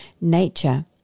nature